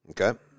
Okay